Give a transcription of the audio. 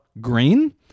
Green